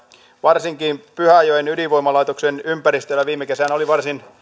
varsinkin pyhäjoen ydinvoimalaitoksen ympäristössä viime kesänä oli varsin